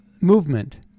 movement